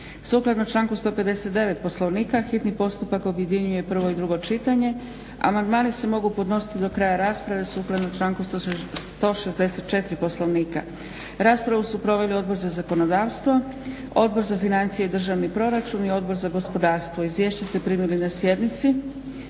Sukladno članku 159. Poslovnika hitni postupak objedinjuje prvo i drugo čitanje. Amandmani se mogu podnositi do kraja rasprave sukladno članku 164. Poslovnika. Raspravu su proveli Odbor za zakonodavstvo, Odbor za financije i državni proračun i Odbor za gospodarstvo. Izvješća ste primili na sjednici.